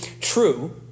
true